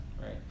right